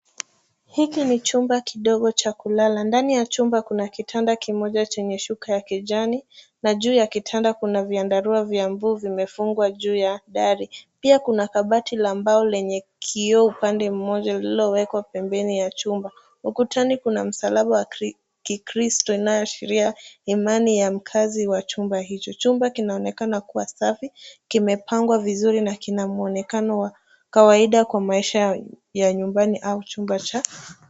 Hiki ni chumba kidogo cha kulala. Ndani ya chumba kuna kitanda kimoja chenye shuka ya kijani na juu ya kitanda kuna vyandarau ambavyo vimefungwa juu ya dari. Pia kuna kabati la mbao lenye kioo upande mmoja lililowekwa pembeni ya chumba. Ukutani kuna msalaba wa kikristu inayoashiria imani ya mkaazi wa chumba hicho. Chumba kinaonekana kuwa safi, kimepangwa vizuri na kina muonekano wa kawaida kwa maisha ya nyumbani au chumba cha.